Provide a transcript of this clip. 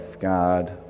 God